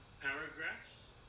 paragraphs